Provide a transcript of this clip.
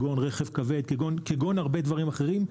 רכב כבד והרבה דברים אחרים.